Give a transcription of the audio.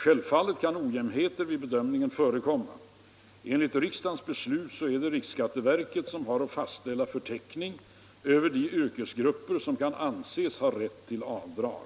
Självfallet kan ojämnheter vid bedömningen förekomma. Enligt riksdagens beslut är det riksskatteverket som har att fastställa förteckning över de yrkesgrupper som kan anses ha rätt till avdrag.